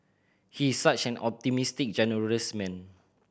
he is such an optimistic generous man